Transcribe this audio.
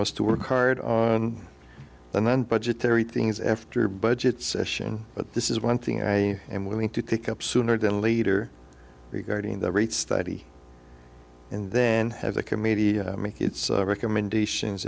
was to work hard on and then budgetary things after budget session but this is one thing i am willing to take up sooner than later regarding the rate study and then have the committee make its recommendations